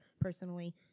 personally